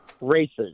races